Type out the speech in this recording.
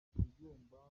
ikigomba